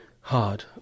hard